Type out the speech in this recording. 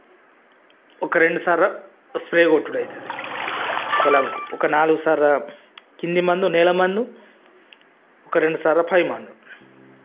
ఒక రెండు సార్లు స్ప్రై కొట్టుడు అవుతుంది పోలంకి ఒక నాలుగు సార్లు కింది మందు నెల మందు ఒక రెండు సార్లు పై మందు